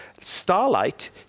starlight